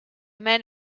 men